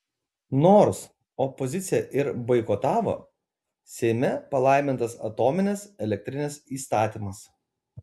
nors opozicija ir boikotavo seime palaimintas atominės elektrinės įstatymas